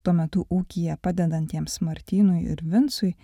tuo metu ūkyje padedantiems martynui ir vincui